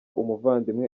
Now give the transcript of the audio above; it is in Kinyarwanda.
ubuvandimwe